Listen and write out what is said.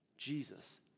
Jesus